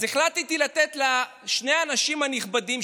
אז החלטתי לתת לשני האנשים הנכבדים,